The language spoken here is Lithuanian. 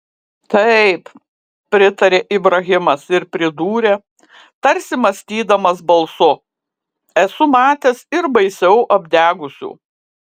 taip pritarė ibrahimas ir pridūrė tarsi mąstydamas balsu esu matęs ir baisiau apdegusių